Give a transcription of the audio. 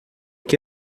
que